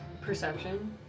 Perception